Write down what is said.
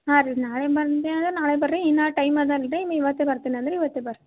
ಹಾಂ ರೀ ನಾಳೆ ಬಂದಿರಿ ಅಂದರೆ ನಾಳೆ ಬನ್ರಿ ಇನ್ನೂ ಟೈಮ್ ಅದ ಅಲ್ರೀ ನೀವು ಇವತ್ತೇ ಬರ್ತೀನಿ ಅಂದರೆ ಇವತ್ತೇ ಬನ್ರಿ